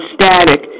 static